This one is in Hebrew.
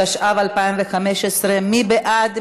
התשע"ו 2015. מי בעד?